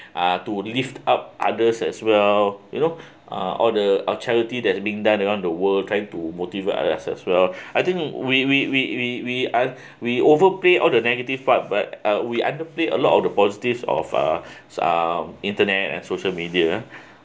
uh to lift up others as well you know uh all the uh charity that's being done around the world trying to motivate others as well I think we we we we we are we overpay all the negative part but we underpay a lot of the positives of uh um internet and social media uh